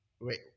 Wait